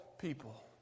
people